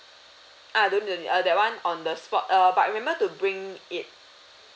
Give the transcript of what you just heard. ah don't need don't need ah that one on the spot uh but remember to bring it